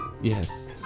Yes